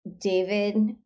David